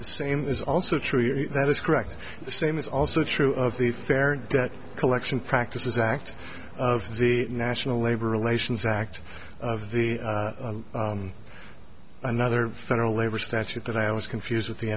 the same is also true that is correct the same is also true of the fair debt collection practices act of the national labor relations act of the another federal labor statute that i was confused with the